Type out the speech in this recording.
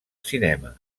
cinema